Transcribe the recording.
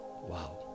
wow